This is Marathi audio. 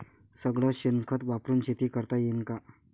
सगळं शेन खत वापरुन शेती करता येईन का?